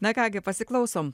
na ką gi pasiklausom